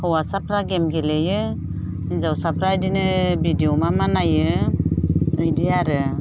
हौवासाफ्रा game गेलेयो हिनजावसाफ्रा बेदिनो भिडिअ मा मा नायो बेदि आरो